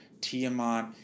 Tiamat